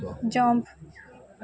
jump